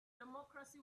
democracy